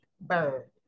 bird